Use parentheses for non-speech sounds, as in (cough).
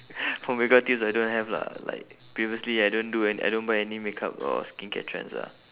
(laughs) for makeup tips I don't have lah like previously I don't do and I don't buy any makeup or skincare trends ah